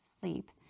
sleep